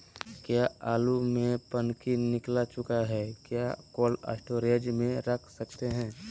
क्या आलु में पनकी निकला चुका हा क्या कोल्ड स्टोरेज में रख सकते हैं?